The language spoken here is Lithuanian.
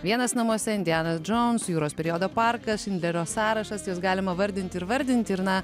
vienas namuose indianas džons jūros periodo parkas šindlerio sąrašas juos galima vardinti ir vardinti ir na